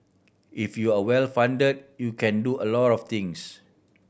if you are well fund you can do a lot of things